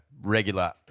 regular